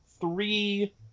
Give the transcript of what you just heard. three